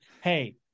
Hey